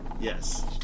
Yes